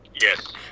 Yes